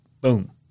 Boom